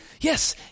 Yes